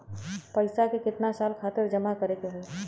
पैसा के कितना साल खातिर जमा करे के होइ?